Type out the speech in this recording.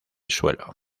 suelo